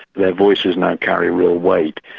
their voices now carry real weight.